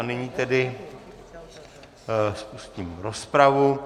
Nyní tedy spustím rozpravu.